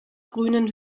grünen